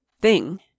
thing